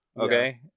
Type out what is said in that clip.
okay